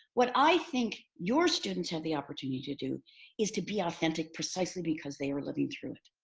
what i think your students have the opportunity to do is to be authentic precisely because they are living through it.